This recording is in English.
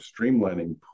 streamlining